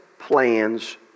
Plans